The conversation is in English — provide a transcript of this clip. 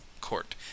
court